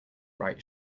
right